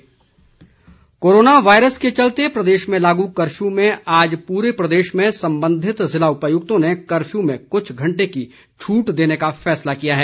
ढील corona virus के चलते प्रदेश में लागू कफ्यू में आज पूरे प्रदेश में संबंधित जिला उपायुक्तों ने कर्फ्यू में कुछ घंटे की छूट देने का फैसला किया है